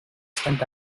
stint